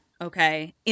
Okay